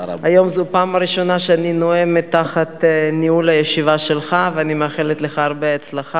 אכן הצעת החוק עוברת להכנה לקריאה שנייה ושלישית בוועדת החוקה,